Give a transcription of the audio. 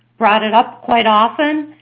brought it up quite often,